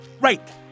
Right